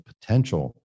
potential